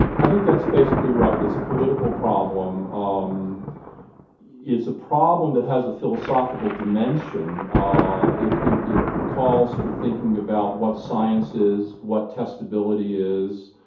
i think that's basically right. it's a political problem. ah um it's a problem that has a philosophical dimension, ah it it calls for thinking about what science is, what testability is,